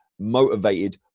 motivated